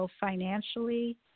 financially